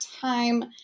time